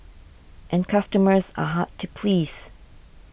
and customers are hard to please